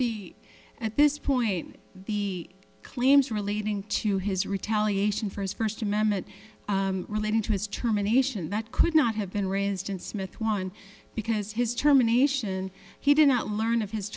b at this point the claims relating to his retaliation for his first amendment relating to his terminations that could not have been raised in smith one because his terminations he did not learn of his